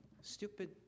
stupid